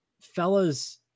Fellas